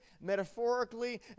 metaphorically